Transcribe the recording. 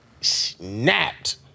Snapped